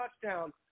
touchdown